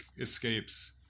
escapes